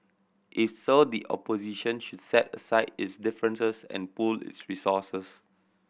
if so the opposition should set aside its differences and pool its resources